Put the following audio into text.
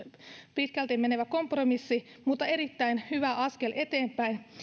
pitkälle menevä kompromissi mutta valuvioista huolimatta erittäin hyvä askel eteenpäin